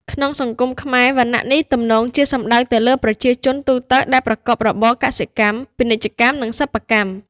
ក្នុងសង្គមខ្មែរ វណ្ណៈនេះទំនងជាសំដៅទៅលើប្រជាជនទូទៅដែលប្រកបរបរកសិកម្ម ពាណិជ្ជកម្ម និងសិប្បកម្ម។